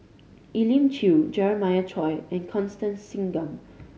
Elim Chew Jeremiah Choy and Constance Singam